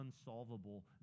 unsolvable